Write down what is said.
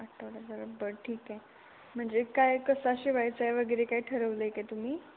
आठवड्याभरात बरं ठीक आहे म्हणजे काय कसा शिवायचा आहे वगैरे काही ठरवलं आहे काय तुम्ही